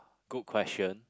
good question